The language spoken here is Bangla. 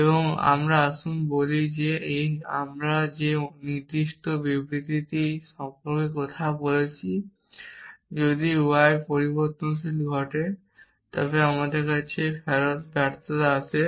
সুতরাং আসুন আমরা বলি যে আমরা যে নির্দিষ্ট বিবৃতিটি সম্পর্কে কথা বলছি যদি y পরিবর্তনশীল ঘটে তবে আমাদের কাছে ফেরত ব্যর্থতা আসে